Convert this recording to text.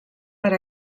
per